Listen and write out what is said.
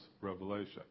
revelation